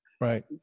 right